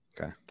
Okay